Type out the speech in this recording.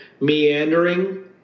meandering